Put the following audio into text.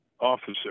officer